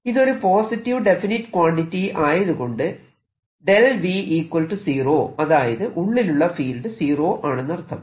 ഇതൊരു positive definite quantity ആയതുകൊണ്ട് അതായത് ഉള്ളിലുള്ള ഫീൽഡ് സീറോ ആണെന്നർത്ഥം